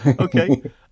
okay